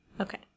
Okay